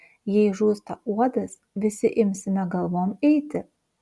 jei žūsta uodas visi imsime galvom eiti